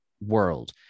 world